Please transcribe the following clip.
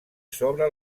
sobre